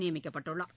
நியமிக்கப்பட்டுள்ளார்